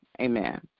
Amen